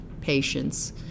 patients